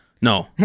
No